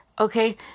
Okay